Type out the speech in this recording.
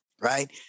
right